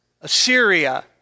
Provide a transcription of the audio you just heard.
Assyria